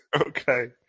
Okay